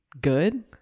good